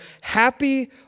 happy